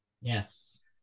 Yes